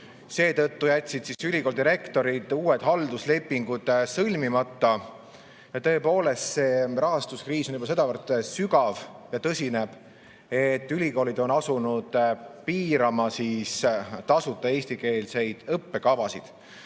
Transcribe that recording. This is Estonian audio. Seetõttu jätsid ülikoolide rektorid uued halduslepingud sõlmimata. Tõepoolest, see rahastuskriis on juba sedavõrd sügav ja tõsine, et ülikoolid on asunud piirama tasuta eestikeelseid õppekavasid.